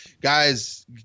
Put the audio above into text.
guys